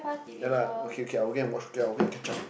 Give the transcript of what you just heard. ya lah okay okay I will go and watch okay I will go and catch up